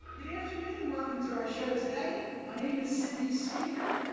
good afternoon and welcome to our show today. my name is cindy speaker.